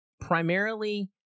primarily